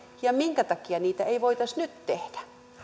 ja minkä takia niitä ei voitaisi nyt tehdä